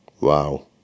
Wow